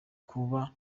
kuba